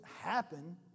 happen